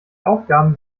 aufgaben